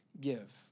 give